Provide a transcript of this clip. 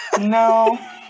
No